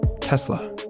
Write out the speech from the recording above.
Tesla